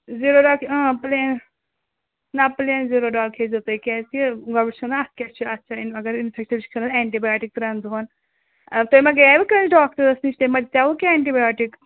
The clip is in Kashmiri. زِیٖروٗ ڈال آ پُلِین نہَ پُلِین زِیٖرو ڈال کھیٚے زیٚو تُہۍ کیٛازِ کہِ گۅڈٕ وُچھُونا اَتھ کیٛاہ چھُ اَتھ چھا اَگَر اِنفیٚکٹِڈ چھُ تیٚلہِ چھُ کھیٚون اِٖیٚنٛٹِی بَیاٹِک ترٛیَن دۄہَن تۅہہِ اَدٕ تیٚلہِ ما گٔیایوٕ کٲنٛسہِ ڈاکٹَرَس نِش تمٔۍ ما دِژیٛاوٕ کیٚنٛہہ اِیٚنٛٹِی بَیٛاٹِک